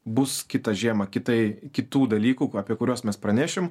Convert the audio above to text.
bus kitą žiemą kitaip kitų dalykų apie kuriuos mes pranešim